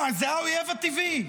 נו, זה האויב הטבעי.